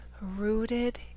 rooted